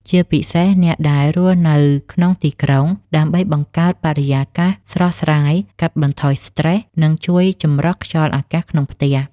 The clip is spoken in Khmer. ជាពិសេសអ្នកដែលរស់នៅក្នុងទីក្រុង ដើម្បីបង្កើតបរិយាកាសស្រស់ស្រាយ កាត់បន្ថយស្ត្រេស និងជួយចម្រោះខ្យល់អាកាសក្នុងផ្ទះ។